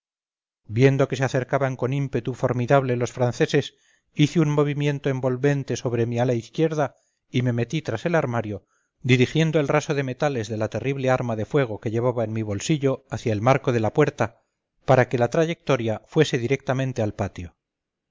viendo que se acercaban con ímpetu formidable los franceses hice un movimiento envolvente sobre mi ala izquierda y me metí tras el armario dirigiendo el raso de metales de la terrible arma de fuego que llevaba en mi bolsillo hacia el marco de la puerta para que la trayectoria fuese directamente al patio